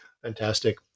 Fantastic